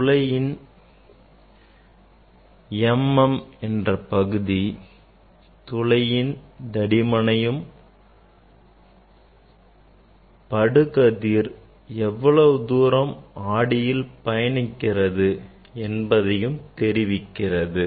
துளையின் MM என்ற பகுதி துளையின் தடிமனையும் படுகதிர் எவ்வளவு தூரம் ஆடியில் பயணிக்கிறது என்பதையும் நமக்கு தெரிவிக்கிறது